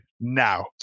now